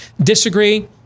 disagree